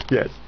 Yes